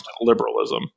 liberalism